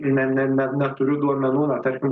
ne ne ne neturiu duomenų na tarkim